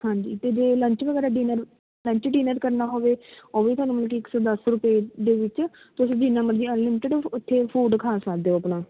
ਹਾਂਜੀ ਅਤੇ ਜੇ ਲੰਚ ਵਗੈਰਾ ਡਿਨਰ ਲੰਚ ਡਿਨਰ ਕਰਨਾ ਹੋਵੇ ਉਹ ਵੀ ਤੁਹਾਨੂੰ ਮਤਲਬ ਕਿ ਇੱਕ ਸੌ ਦਸ ਰੁਪਏ ਦੇ ਵਿੱਚ ਤੁਸੀਂ ਜਿੰਨਾ ਮਰਜ਼ੀ ਅਨਲਿਮਿਟਿਡ ਉੱਥੇ ਫੂਡ ਖਾ ਸਕਦੇ ਹੋ ਆਪਣਾ